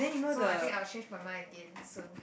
so I think I will change my mind again soon